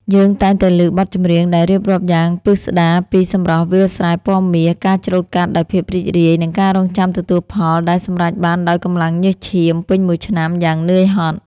យើងតែងតែឮបទចម្រៀងដែលរៀបរាប់យ៉ាងពិស្តារពីសម្រស់វាលស្រែពណ៌មាស ការច្រូតកាត់ដោយភាពរីករាយ និងការរង់ចាំទទួលផលដែលសម្រេចបានដោយកម្លាំងញើសឈាមពេញមួយឆ្នាំយ៉ាងនឿយហត់។